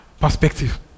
Perspective